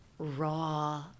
Raw